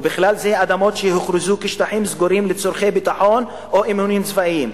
ובכלל זה אדמות שהוכרזו כשטחים סגורים לצורכי ביטחון או אימונים צבאיים,